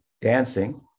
dancing